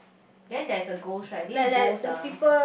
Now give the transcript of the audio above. then there's a ghost right this ghost ah